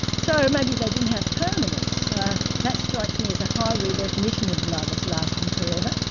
so maybe they didn't have permanence that strikes me as a high redefinition of love as lasting forever.